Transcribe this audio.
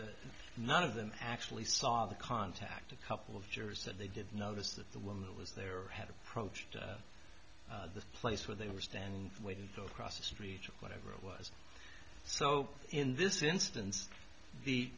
that none of them actually saw the contact a couple of jurors that they did notice that the woman that was there had approached the place where they were standing waiting to go across the street or whatever it was so in this instance the